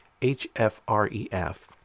HFREF